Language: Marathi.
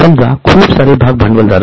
समजा खूप सारे भाग भांडवलधारक आहेत